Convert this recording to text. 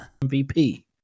MVP